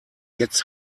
jetzt